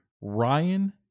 Ryan